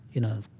you know,